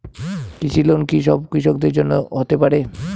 কৃষি লোন কি সব কৃষকদের জন্য হতে পারে?